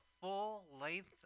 full-length